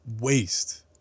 waste